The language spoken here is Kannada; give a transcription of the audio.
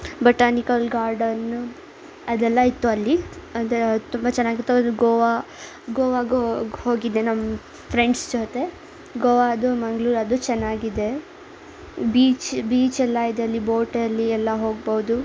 ಬಟಾನಿಕಲ್ ಗಾರ್ಡನ್ನು ಅದೆಲ್ಲ ಇತ್ತು ಅಲ್ಲಿ ಅದೆಲ್ಲ ತುಂಬ ಚೆನ್ನಾಗಿತ್ತು ಅದು ಗೋವಾ ಗೋವಾಗೆ ಗೋ ಹೋಗಿದ್ದೆ ನಮ್ಮ ಫ್ರೆಂಡ್ಸ್ ಜೊತೆ ಗೋವಾ ಅದು ಮಂಗ್ಳೂರು ಅದು ಚೆನ್ನಾಗಿದೆ ಬೀಚ್ ಬೀಚೆಲ್ಲ ಇದೆ ಅಲ್ಲಿ ಬೋಟಲ್ಲಿ ಎಲ್ಲ ಹೋಗ್ಬೋದು